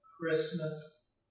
Christmas